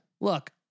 Look